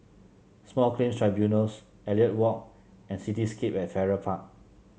Small Claims Tribunals Elliot Walk and Cityscape at Farrer Park